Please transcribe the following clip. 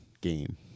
game